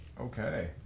Okay